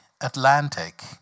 Atlantic